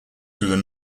through